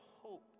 hope